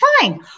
fine